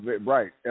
right